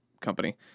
company